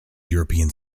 european